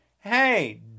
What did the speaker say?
Hey